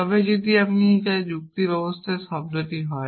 তবে যদি তাদের যুক্তি ব্যবস্থাটি শব্দ হয়